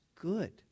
good